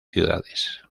ciudades